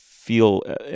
feel